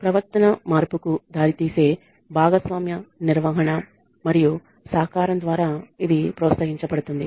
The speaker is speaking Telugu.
ప్రవర్తన మార్పుకు దారితీసే భాగస్వామ్య నిర్వహణ మరియు సహకారం ద్వారా ఇది ప్రోత్సహించబడుతుంది